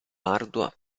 ardua